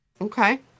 Okay